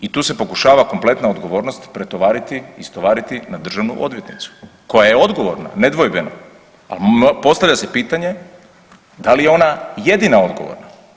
I tu se pokušava kompletna odgovornost pretovariti i istovariti na državnu odvjetnicu, koja je odgovorna, nedvojbeno, ali postavlja se pitanje, da li je ona jedina odgovorna?